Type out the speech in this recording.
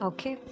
Okay